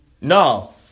no